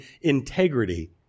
integrity